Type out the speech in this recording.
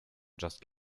just